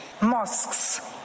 mosques